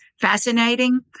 fascinating